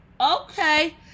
Okay